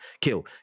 kill